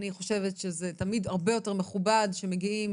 אני חושבת שזה תמיד הרבה יותר מכובד כשמגיעים